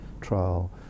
trial